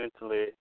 mentally